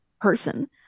person